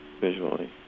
visually